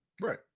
Right